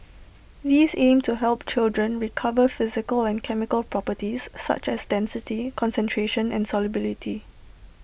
these aim to help children discover physical and chemical properties such as density concentration and solubility